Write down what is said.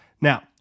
Now